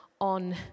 on